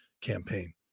campaign